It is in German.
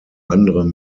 anderem